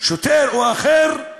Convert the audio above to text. שוטר או אחר,